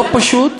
לא פשוט,